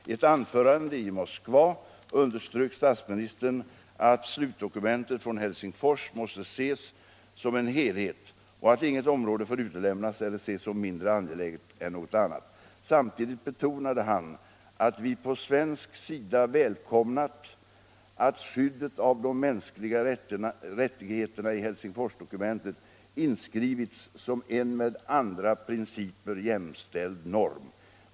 I ett anförande i Moskva underströk statsministern att slutdokumentet från Helsingfors måste ses som en helhet och att inget område får utelämnas eller ses som mindre angeläget än något annat. Samtidigt betonade han att vi på svensk sida välkomnat att skyddet av de mänskliga rättigheterna i Helsingforsdokumentet inskrivits som en med andra principer jämställd norm.